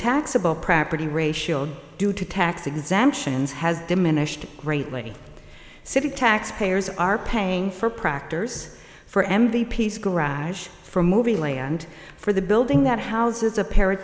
taxable property ratio due to tax exemptions has diminished greatly city taxpayers are paying for practice for m v p s garage for movie land for the building that houses a par